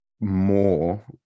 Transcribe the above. more